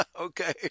Okay